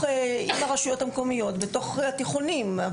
אם זה הרשויות המקומיות בתוך התיכונים.